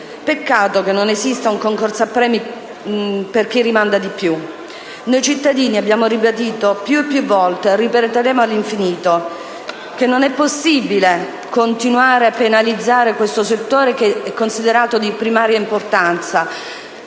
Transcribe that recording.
Peccato che non esista un concorso a premi per chi rimanda di più! Noi cittadini abbiamo ribadito più e più volte - e lo ripeteremo all'infinito - che non è possibile continuare a penalizzare questo settore, che è considerato di primaria importanza,